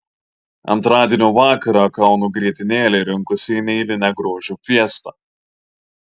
antradienio vakarą kauno grietinėlė rinkosi į neeilinę grožio fiestą